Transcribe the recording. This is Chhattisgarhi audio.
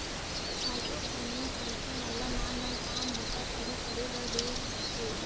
माइक्रो फायनेंस मनखे मन ल नान नान काम बूता सुरू करे बर देय जाथे